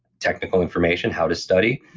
technical information, how to study,